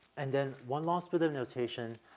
and then one last bit of notation,